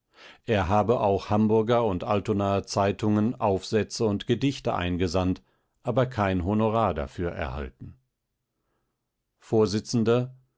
er habe auch hamburger und altonaer zeitungen aufsätze und gedichte eingesandt aber kein honorar dafür erhalten